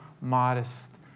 modest